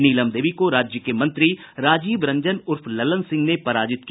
नीलम देवी को राज्य के मंत्री राजीव रंजन सिंह उर्फ ललन सिंह ने पराजित किया